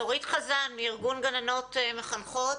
דורית חזן מארגון גננות מחנכות.